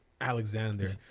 alexander